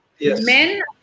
Men